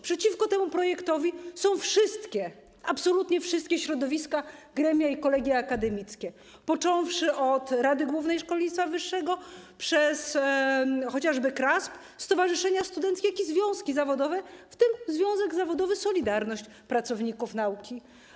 Przeciwko niemu są wszystkie, absolutnie wszystkie środowiska, gremia i kolegia akademickie, począwszy od Rady Głównej Nauki i Szkolnictwa Wyższego przez chociażby KRASP, stowarzyszenia studenckie, związki zawodowe, w tym związek zawodowy ˝Solidarność˝ pracowników nauki.